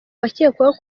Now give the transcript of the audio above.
bakekwaho